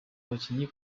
abakinnyi